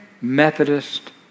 Methodist